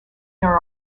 there